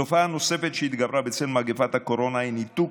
תופעה נוספת שהתגברה בצל מגפת הקורונה היא ניתוק